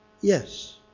yes